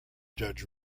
judge